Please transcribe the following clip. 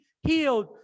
healed